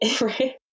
right